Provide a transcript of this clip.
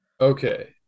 Okay